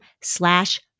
slash